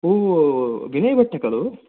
ओ विनयभट् खलु